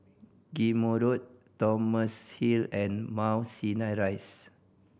Ghim Moh Road Thomson Hill and Mount Sinai Rise